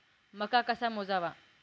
मका कसा मोजावा?